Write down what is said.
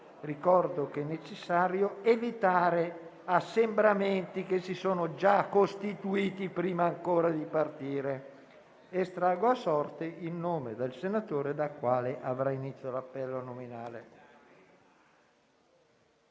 Ricordo che è necessario evitare assembramenti (che si sono già costituiti prima ancora di partire). Estraggo a sorte il nome del senatore dal quale avrà inizio l'appello nominale.